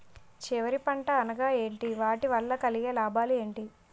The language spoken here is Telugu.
చివరి పంట అనగా ఏంటి వాటి వల్ల కలిగే లాభాలు ఏంటి